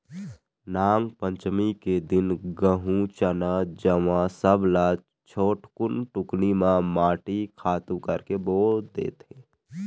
नागपंचमी के दिन गहूँ, चना, जवां सब ल छोटकुन टुकनी म माटी खातू करके बो देथे